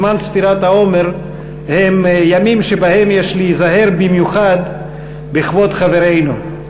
זמן ספירת העומר הוא ימים שבהם יש להיזהר במיוחד בכבוד חברינו.